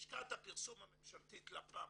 לשכת הפרסום הממשלתית לפ"מ,